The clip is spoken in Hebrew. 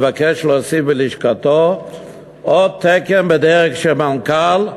מבקש להוסיף ללשכתו עוד תקן בדרג של מנכ"ל,